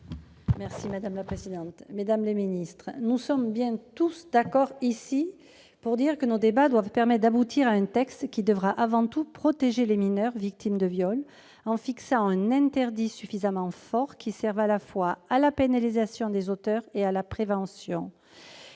Marie-Pierre Monier, pour explication de vote. Nous sommes tous d'accord ici pour dire que nos débats doivent permettre d'aboutir à un texte qui devra, avant tout, protéger les mineurs victimes de viol en fixant un interdit suffisamment fort, qui serve à la fois à la pénalisation des auteurs et à la prévention.